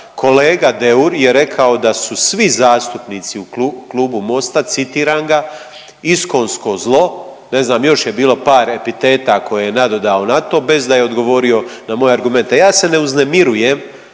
kolega Deur je rekao da su svi zastupnici u klubu Mosta citiram ga: „iskonsko zlo“ ne znam još je bilo par epiteta koje je nadodao na to bez da je odgovorio na moje argumente. Ja se ne uznemirujem,